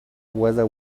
whether